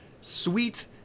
sweet-